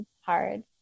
hard